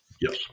Yes